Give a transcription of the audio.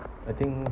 I think